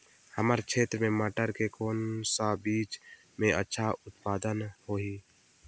हमर क्षेत्र मे मटर के कौन सा बीजा मे अच्छा उत्पादन होही?